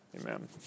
Amen